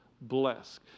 bless